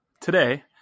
today